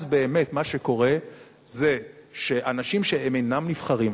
אז באמת מה שקורה זה שאנשים שהם אינם נבחרים,